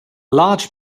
large